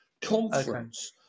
Conference